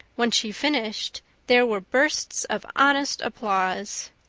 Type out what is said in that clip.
when she finished there were bursts of honest applause.